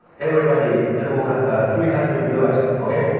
everybody two three hundred u s, okay,